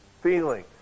feeling